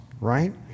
Right